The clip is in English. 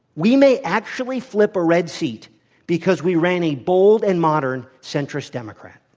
we may actually flip a red seat because we ran a bold and modern centrist democrat.